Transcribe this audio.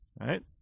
Right